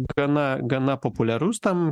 gana gana populiarus ten